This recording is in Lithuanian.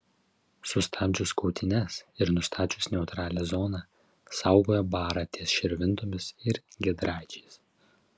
sustabdžius kautynes ir nustačius neutralią zoną saugojo barą ties širvintomis ir giedraičiais